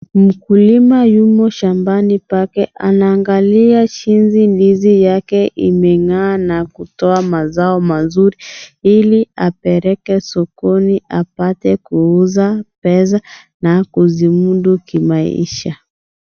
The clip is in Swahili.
Mkulima yumo shambani pake anaangalia jinsi ndizi yake imengaa na kutoa mazao mazuri ili apeleke sokoni apate kuuza pesa na kujimudu kimaisha.